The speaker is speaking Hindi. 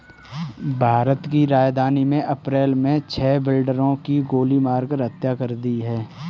भारत की राजधानी में अप्रैल मे छह बिल्डरों की गोली मारकर हत्या कर दी है